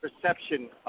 perception